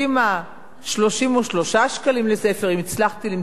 33 שקלים לספר, אם הצלחתי למצוא שלושה כאלה.